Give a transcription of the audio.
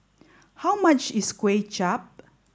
how much is Kway Chap